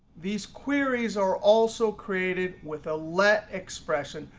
these queries are also created with a let expression,